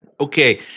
Okay